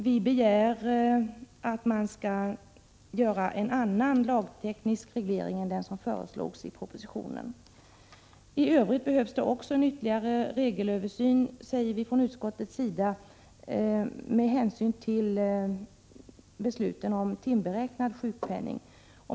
Vi begär att man skall göra en annan lagteknisk reglering än den som föreslås i propositionen. Vi säger från utskottets sida att det också behövs en regelöversyn med hänsyn till besluten om timberäknad sjukpenning.